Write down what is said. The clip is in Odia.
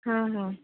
ହଁ ହଁ